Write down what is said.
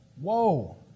Whoa